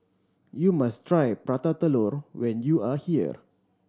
you must try Prata Telur when you are here